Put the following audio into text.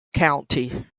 county